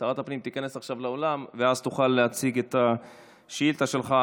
עכשיו לאולם ואז תוכל להציג את השאילתה שלך.